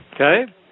okay